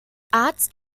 arzt